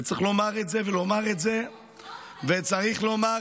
וצריך לומר את זה, לא תהיה אלימות, לא אפליה.